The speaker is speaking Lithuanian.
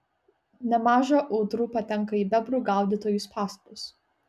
nemaža ūdrų patenka į bebrų gaudytojų spąstus